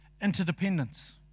Interdependence